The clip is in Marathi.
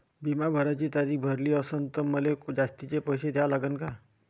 बिमा भराची तारीख भरली असनं त मले जास्तचे पैसे द्या लागन का?